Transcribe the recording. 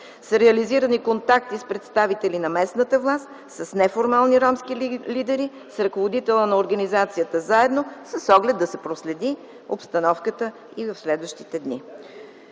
са реализирани контакти с представители на местната власт, с неформални ромски лидери, с ръководители на организацията „Заедно” - с оглед да се проследи обстановката и в следващите дни.